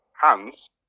hands